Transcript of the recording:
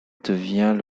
devient